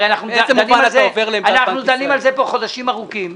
הרי אנחנו דנים על זה פה חודשים ארוכים,